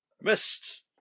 Missed